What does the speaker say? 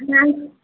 नहि